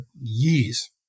years